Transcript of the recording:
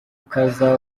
ukaza